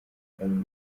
ari